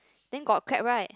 then got crab right